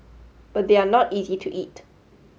but they are not easy to eat